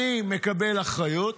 "אני מקבל אחריות",